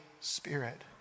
Spirit